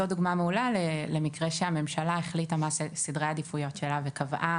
זו דוגמה מעולה למקרה שהממשלה החליטה מה סדרי העדיפויות שלה וקבעה